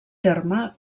terme